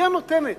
היא הנותנת.